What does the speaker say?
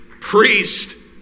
priest